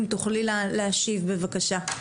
אם תוכלי להשיב בבקשה.